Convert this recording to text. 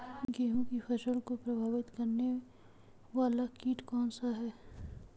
गेहूँ की फसल को सर्वाधिक प्रभावित करने वाला कीट कौनसा है?